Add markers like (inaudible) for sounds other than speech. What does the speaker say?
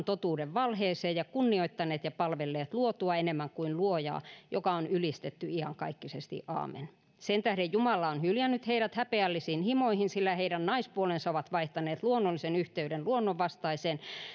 (unintelligible) totuuden valheeseen ja kunnioittaneet ja palvelleet luotua enemmän kuin luojaa joka on ylistetty iankaikkisesti amen sentähden jumala on hyljännyt heidät häpeällisiin himoihin sillä heidän naispuolensa ovat vaihtaneet luonnollisen yhteyden luonnonvastaiseen